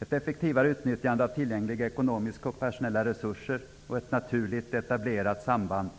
Ett effektivare utnyttjande av tillgängliga ekonomiska och personella resurser och ett naturligt etablerat samband